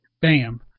Bam